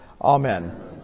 Amen